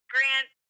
Grant